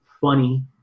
funny